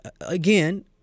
again